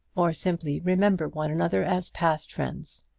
or simply remember one another as past friends.